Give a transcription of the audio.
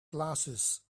glasses